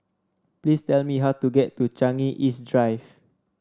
please tell me how to get to Changi East Drive